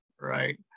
right